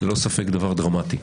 ללא ספק דבר דרמטי.